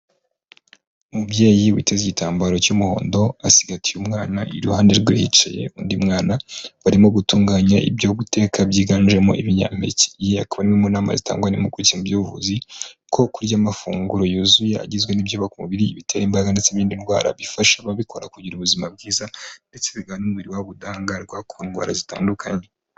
Umubyeyi witeze igitambaro cy'umuhondo, asigatiye umwana iruhande rwe hicaye undi mwana, barimo gutunganya ibyo guteka byiganjemo ibinyampeke. Iyi akaba ari imwe mu nama zitangwa n'impuguke mu by'ubuvuzi, ko kurya amafunguro yuzuye agizwe n'ibyubaka umubiri, ibitera imbaraga ndetse n'ibirinda indwara, bifasha ababikora kugira ubuzima bwiza ndetse bigaha n'umubiri wabo ubudangarwa ku ndwara zitandukanye.